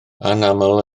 anaml